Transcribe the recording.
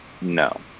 No